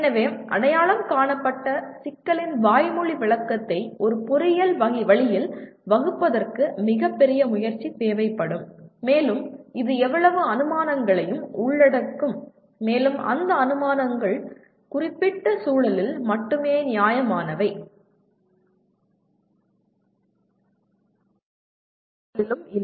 எனவே அடையாளம் காணப்பட்ட சிக்கலின் வாய்மொழி விளக்கத்தை ஒரு பொறியியல் வழியில் வகுப்பதற்கு மிகப்பெரிய முயற்சி தேவைப்படும் மேலும் இது எவ்வளவு அனுமானங்களையும் உள்ளடக்கும் மேலும் அந்த அனுமானங்கள் குறிப்பிட்ட சூழலில் மட்டுமே நியாயமானவை எல்லா சூழலிலும் இல்லை